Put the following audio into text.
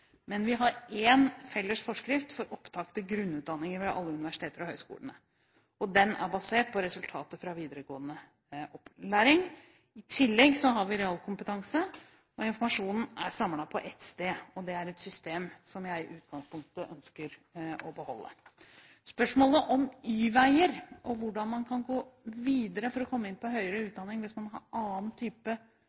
Men vi har én felles forskrift for opptak til grunnutdanninger ved alle universiteter og høyskoler, og den er basert på resultater fra videregående opplæring. I tillegg har vi realkompetanse. Informasjonen er samlet på ett sted. Det er et system som jeg i utgangspunktet ønsker å beholde. Spørsmålet om Y-veier og hvordan man kan gå videre for å komme inn på høyere utdanning hvis man har en annen type